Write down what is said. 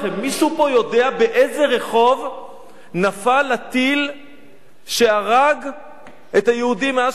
מישהו פה יודע באיזה רחוב נפל הטיל שהרג את היהודי מאשקלון,